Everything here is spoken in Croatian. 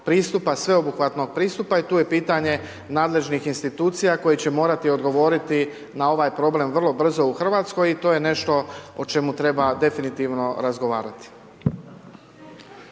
pristupa, sveobuhvatnog pristupa i tu je pitanje nadležnih institucija koje će morati odgovoriti na ovaj problem vrlo brzo u RH i to je nešto o čemu treba definitivno razgovarati.